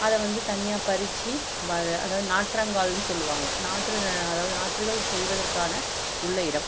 அத வந்து தனியாக பறித்து அதாவது நாற்றங்கால்னு சொல்வாங்க நாற்று அதாவது நாற்றுகள் செய்வதற்காக உள்ள இடம்